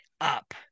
up